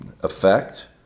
effect